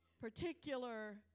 particular